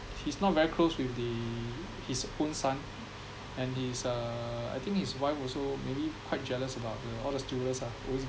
he's not very close with the his own son and he's uh I think his wife also maybe quite jealous about the all the stewardess ah always